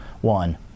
one